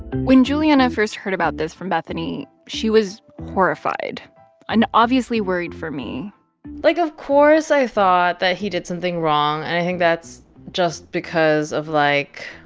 when juliana first heard about this from bethany, she was horrified and obviously worried for me like, of course i thought that he did something wrong. and i think that's just because of, like,